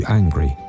angry